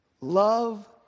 Love